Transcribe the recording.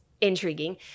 intriguing